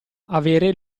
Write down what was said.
avere